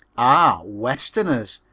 ah, westerners!